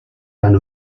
van